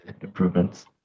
improvements